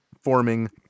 forming